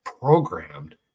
Programmed